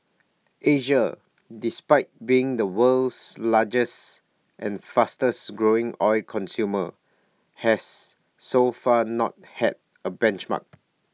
Asia despite being the world's largest and fastest growing oil consumer has so far not had A benchmark